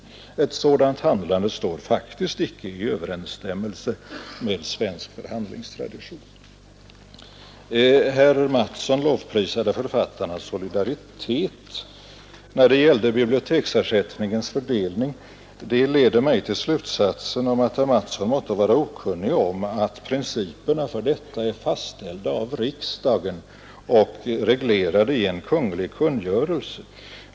Ett sådant handlande står faktiskt inte i överensstämmelse med svensk förhandlingstradition. Herr Mattsson i Lane-Herrestad lovprisade författarnas solidaritet när det gällde biblioteksersättningens fördelning. Det leder mig till slutsatsen att herr Mattsson måste vara okunnig om att principerna för detta är fastställda av riksdagen och reglerade i en kunglig kungörelse.